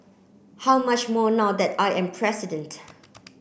how much more now that I am president